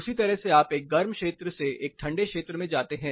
उसी तरह से आप एक गर्म क्षेत्र से एक ठंडे क्षेत्र में जाते हैं